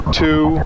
two